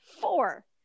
four